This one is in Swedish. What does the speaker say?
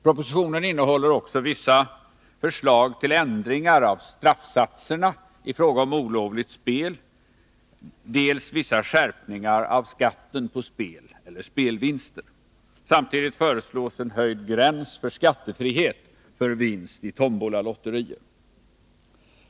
Propositionen innehåller även förslag till ändringar av straffsatserna i fråga om olovligt spel och dessutom förslag till vissa skärpningar av skatten på spel eller spelvinster. Samtidigt föreslås en höjd gräns för skattefrihet för vinst i tombolalotterier.